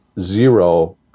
zero